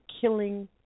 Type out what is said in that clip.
killing